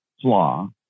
flaw